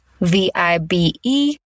V-I-B-E